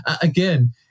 again